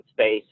space